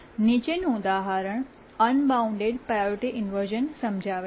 નીચેનું ઉદાહરણ unbound priority ઇન્વર્શ઼નને સમજાવે છે